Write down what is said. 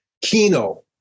Kino